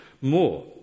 more